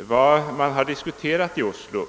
vad som diskuterades i Oslo.